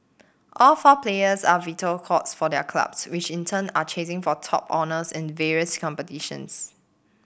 all four players are vital cogs for their clubs which in turn are chasing for top honours in various competitions